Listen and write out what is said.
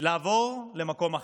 לעבור למקום אחר.